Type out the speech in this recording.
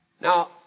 Now